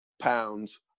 pounds